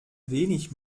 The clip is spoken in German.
wenig